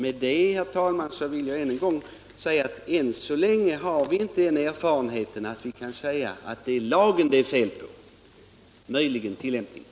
Med detta vill jag ännu en gång säga att ännu så länge har vi inte den erfarenheten att vi kan säga att det är fel på lagen; möjligen är det fel på tillämpningen.